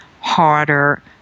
harder